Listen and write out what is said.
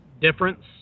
difference